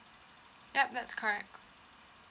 yup that's correct